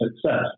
success